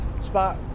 spot